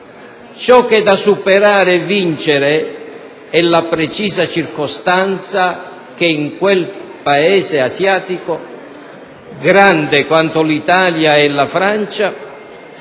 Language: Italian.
ciò che è da superare e vincere è la precisa circostanza che in quel Paese asiatico, grande quanto l'Italia e la Francia,